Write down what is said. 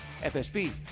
FSB